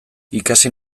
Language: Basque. ikasi